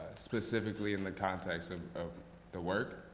specifically in the context of of the work,